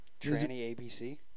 ABC